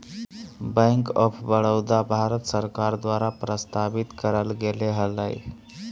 bank of Baroda, Bharat सरकार द्वारा प्रस्तावित करल गेले हलय